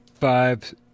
five